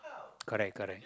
correct correct